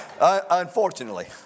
Unfortunately